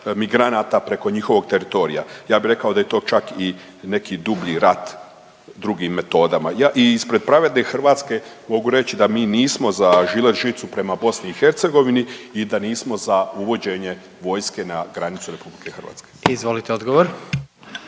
migranata preko njihovog teritorija. Ja bi rekao da je to čak i neki dublji rat drugim metodama. I ispred Pravedne Hrvatske mogu reći da mi nismo za žilet žicu prema BiH i da nismo za uvođenje vojske na granicu RH. **Jandroković, Gordan (HDZ)** Izvolite odgovor.